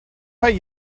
pay